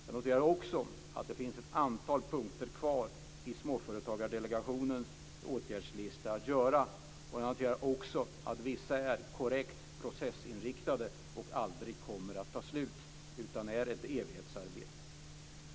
Jag noterar också att det finns ett antal punkter kvar att genomföra i Småföretagsdelegationens åtgärdslista. Vissa är korrekt processinriktade och kommer aldrig att ta slut. Det är ett evighetsarbete.